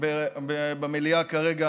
במליאה כרגע,